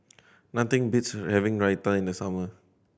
nothing beats having Raita in the summer